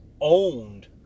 owned